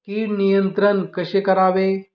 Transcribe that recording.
कीड नियंत्रण कसे करावे?